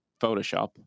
Photoshop